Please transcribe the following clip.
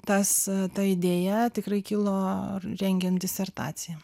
tas ta idėja tikrai kilo rengiant disertaciją